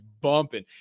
bumping